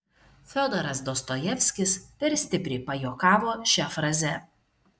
fiodoras dostojevskis per stipriai pajuokavo šia fraze